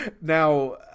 Now